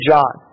John